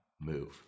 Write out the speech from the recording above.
move